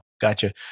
Gotcha